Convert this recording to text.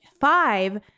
five